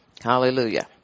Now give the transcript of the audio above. Hallelujah